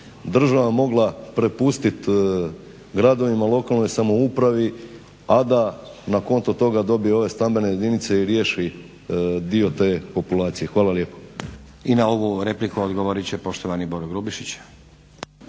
država mogla prepustit gradovima, lokalnoj samoupravi, a da na konto toga dobije ove stambene jedinice i riješi dio te populacije. Hvala lijepo. **Stazić, Nenad (SDP)** I na ovu repliku odgovorit će poštovani Boro Grubišić.